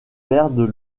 perdent